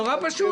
נורא פשוט.